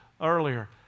earlier